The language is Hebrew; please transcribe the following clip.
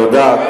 תודה.